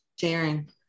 sharing